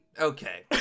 okay